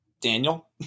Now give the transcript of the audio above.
Daniel